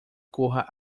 corra